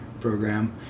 program